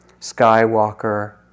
skywalker